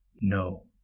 No